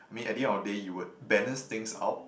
I mean at the end of the day you would balance things out